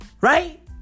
Right